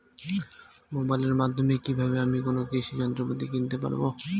মোবাইলের মাধ্যমে কীভাবে আমি কোনো কৃষি যন্ত্রপাতি কিনতে পারবো?